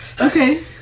Okay